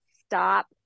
stop